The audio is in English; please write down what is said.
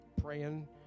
praying